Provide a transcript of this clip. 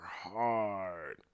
hard